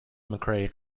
mcrae